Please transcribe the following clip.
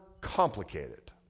complicated